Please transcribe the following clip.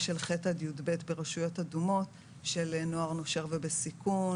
של ח' עד י"ב ברשויות אדומות של נוער נושר ובסיכון,